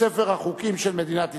לספר החוקים של מדינת ישראל.